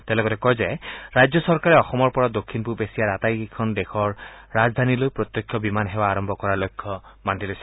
তেওঁ লগতে কয় যে ৰাজ্য চৰকাৰে অসমৰ পৰা দক্ষিণ পূৱ এছিয়াৰ আটাইকেইখন দেশৰ ৰাজধানীলৈ প্ৰত্যক্ষ বিমান সেৱা আৰম্ভ কৰাৰ লক্ষ্য বান্ধি লৈছে